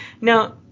now